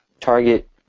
target